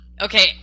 okay